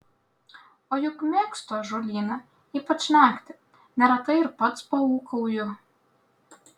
o juk mėgstu ąžuolyną ypač naktį neretai ir pats paūkauju